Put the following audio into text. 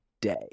day